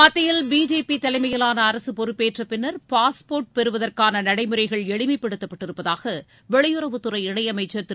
மத்தியில் பிஜேபி தலைமையிலான அரசு பொறுப்பேற்ற பின்னர் பாஸ்போர்ட் பெறுவதற்கான நடைமுறைகள் எளிமைப்படுத்தப்பட்டிருப்பதாக வெளியுறவுத்துறை இணையமைச்சர் திரு